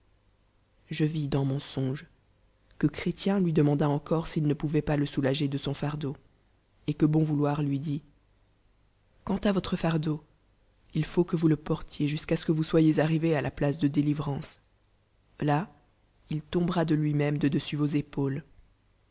je vis dans nion songe que chrétien lui demanda encore s'il ne pouvoit pas le soulager de son fardeau et que bon vouloir lui dit quant à votre fardeau il faut que vous le portiez jusqu'à ce que vous soyez arrivé à la place de déle't ra ace là il tombera de lui-même de dessus